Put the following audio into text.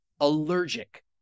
allergic